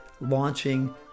launching